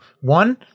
one